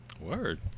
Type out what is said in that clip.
word